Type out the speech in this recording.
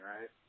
right